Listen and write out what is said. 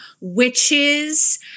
witches